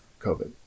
COVID